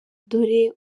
dore